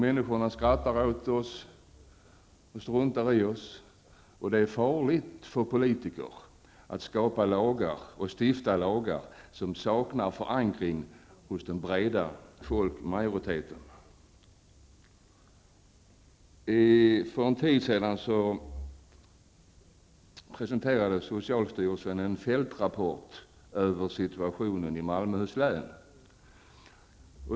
Människorna skrattar åt oss och struntar i oss. Det är farligt för politiker att stifta lagar som saknar förankring hos den breda folkmajoriteten. För en tid sedan presenterade socialstyrelsen en fältrapport över situationen i Malmöhus län.